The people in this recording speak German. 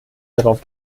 darauf